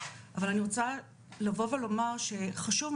כי לפעמים